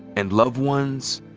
and loved ones,